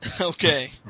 Okay